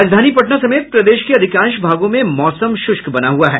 राजधानी पटना समेत प्रदेश के अधिकांश भागों में मौसम शुष्क बना हुआ है